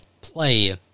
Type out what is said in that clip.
play